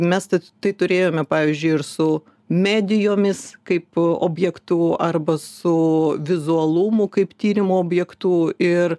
mes tad tai turėjome pavyzdžiui ir su medijomis kaip objektu arba su vizualumu kaip tyrimo objektu ir